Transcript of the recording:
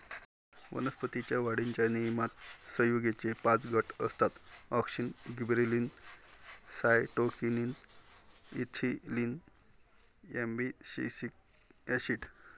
वनस्पतीं च्या वाढीच्या नियमनात संयुगेचे पाच गट असतातः auxin, gibberellin, cytokinin, ethylene, abscisic acid